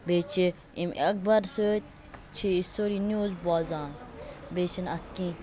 بیٚیہِ چھِ امہ اَخبار سۭتۍ چھِ أسۍ سٲری نِوز بوزان بیٚیہِ چھِ نہٕ اتھ کینٛہہ